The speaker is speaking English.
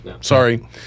Sorry